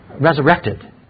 resurrected